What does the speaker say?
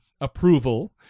approval